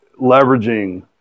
leveraging